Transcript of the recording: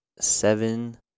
seven